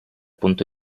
punto